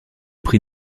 prix